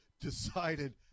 decided